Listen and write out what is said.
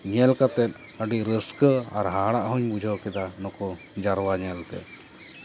ᱧᱮᱞ ᱠᱟᱛᱮ ᱟᱹᱰᱤ ᱨᱟᱹᱥᱠᱟᱹ ᱟᱨ ᱦᱟᱦᱟᱲᱟᱜ ᱦᱚᱹᱧ ᱵᱩᱡᱷᱟᱹᱣ ᱠᱮᱫᱟ ᱱᱩᱠᱩ ᱡᱟᱣᱨᱟ ᱧᱮᱞ ᱛᱮ